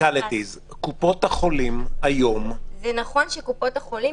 קופות החולים היום --- זה נכון שקופות החולים,